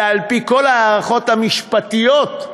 ועל-פי כל ההערכות המשפטיות,